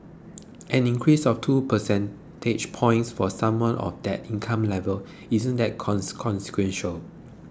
an increase of two percentage points for someone of that income level isn't that consequential